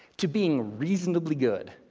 to being reasonably good?